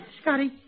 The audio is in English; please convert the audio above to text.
Scotty